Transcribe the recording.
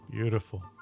Beautiful